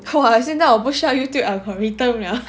!wah! 现在我不需要 Youtube algorithm